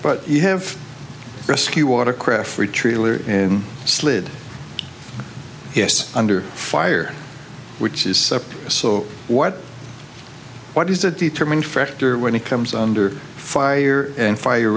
but you have rescue watercraft free trailer and slid yes under fire which is so what what is the determining factor when it comes under fire and fire